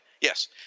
Yes